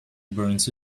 burns